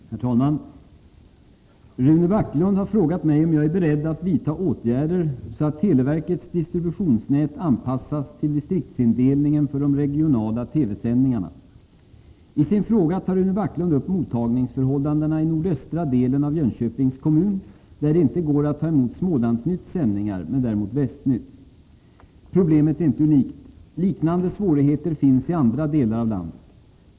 Herr talman! Rune Backlund har frågat mig om jag är beredd att vidta åtgärder så att televerkets distributionsnät anpassas till distriktsindelningen för de regionala TV-sändningarna. I sin fråga tar Rune Backlund upp mottagningsförhållandena i nordöstra delen av Jönköpings kommun, där det inte går att ta emot Smålandsnytts sändningar, men däremot Västnytts. Problemet är inte unikt. Liknande svårigheter finns i andra delar av landet.